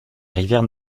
rivière